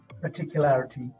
particularity